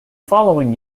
following